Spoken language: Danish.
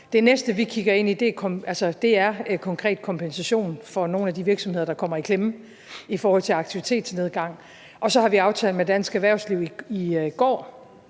Det næste, vi kigger ind i, er konkret kompensation for nogle af de virksomheder, der kommer i klemme i forhold til aktivitetsnedgang, og så har vi aftalt med dansk erhvervsliv i går,